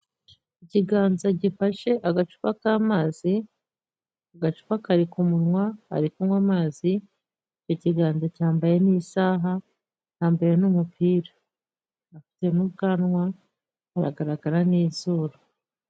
Ikiganza gifashe agacupa k'amazi ,agacupa kari ku munwa ari kunywa amazi ,icyo kiganza cyambaye n'isaha yambare n'umupira, afite n'ubwanwa haragaragara n'izuru.